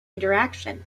interaction